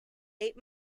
eight